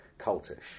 cultish